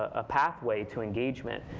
a pathway to engagement,